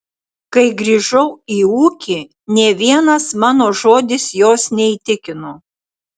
kai grįžau į ūkį nė vienas mano žodis jos neįtikino